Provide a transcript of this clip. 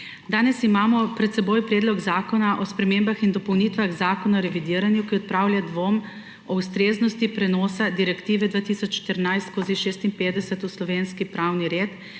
Danes imamo pred seboj Predlog zakona o spremembah in dopolnitvah Zakona o revidiranju, ki odpravlja dvom o ustreznosti prenosa Direktive 2014/56 v slovenski pravni red,